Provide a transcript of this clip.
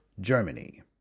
Germany